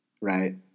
right